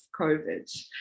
COVID